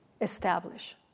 establish